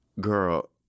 girl